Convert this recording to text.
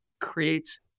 creates